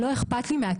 לא אכפת לי מהכסף,